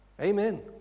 Amen